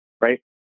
Right